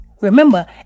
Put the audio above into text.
Remember